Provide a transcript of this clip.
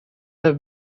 have